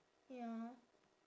ya